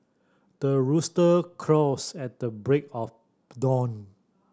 the rooster crows at the break of dawn